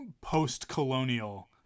post-colonial